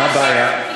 מה הבעיה?